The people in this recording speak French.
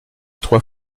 trois